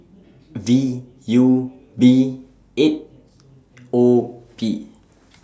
V U B eight O P